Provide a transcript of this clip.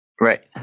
Right